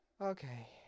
Okay